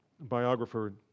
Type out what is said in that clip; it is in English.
Biographer